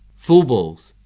full balls,